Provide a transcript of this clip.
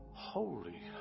Holy